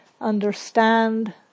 understand